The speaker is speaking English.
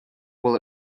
will